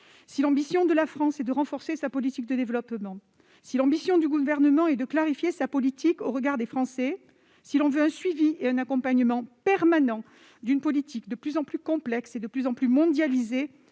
Si l'ambition de la France est de renforcer sa politique de développement, si l'ambition du Gouvernement est de clarifier sa politique au regard des Français, si l'on veut un suivi et un accompagnement permanents d'une politique de plus en plus complexe et mondialisée,